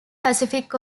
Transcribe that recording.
pacific